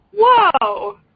Whoa